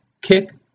kick